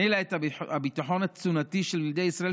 מילא את הביטחון התזונתי של ילדי ישראל,